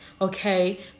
okay